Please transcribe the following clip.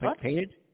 painted